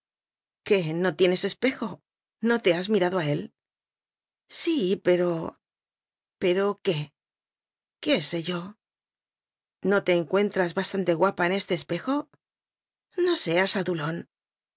qué no tienes espejo no te has mi rado a él sí pero pero qué qué sé yo no te encuentras bastante guapa en este espejo no seas adulón